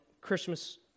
Christmas